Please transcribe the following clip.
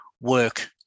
work